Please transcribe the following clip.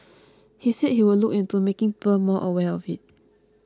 he said he would look into making people more aware of it